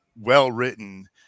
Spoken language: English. well-written